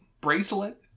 bracelet